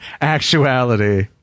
actuality